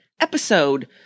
Episode